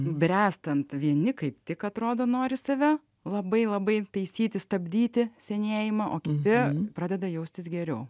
bręstant vieni kaip tik atrodo nori save labai labai taisyti stabdyti senėjimą o kimbi pradeda jaustis geriau